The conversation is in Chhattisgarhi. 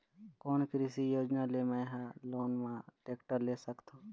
कोन कृषि योजना ले मैं हा लोन मा टेक्टर ले सकथों?